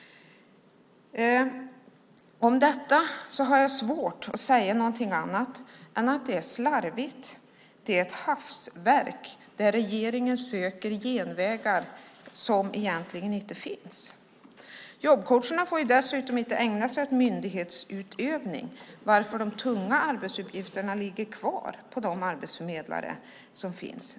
Om detta har jag svårt att säga någonting annat än att det är slarvigt. Det är ett hafsverk där regeringen söker genvägar som egentligen inte finns. Jobbcoacherna får dessutom inte ägna sig åt myndighetsutövning varför de tunga arbetsuppgifterna ligger kvar på de arbetsförmedlare som finns.